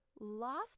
lost